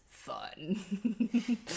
fun